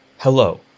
Hello